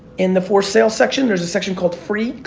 in the for sale section there's a section called free,